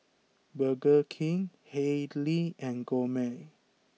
Burger King Haylee and Gourmet